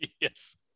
yes